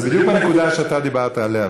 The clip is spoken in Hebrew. אז זאת בדיוק הנקודה שאתה דיברת עליה.